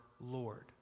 Lord